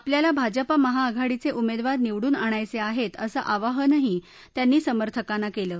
आपल्याला भाजपा महाआघाडीच उमर्खार निवडून आणायच आहती असं आवाहनही त्यांनी समर्थकांना कलि